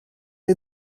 des